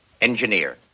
engineer